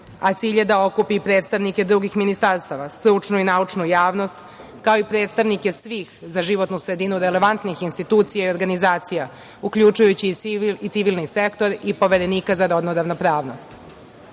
a cilj je da okupi predstavnike drugih ministarstava, stručnu i naučnu javnost, kao i predstavnike svih za životnu sredinu relevantnih institucija i organizacija, uključujući i civilni sektor i Poverenika za rodnu ravnopravnost.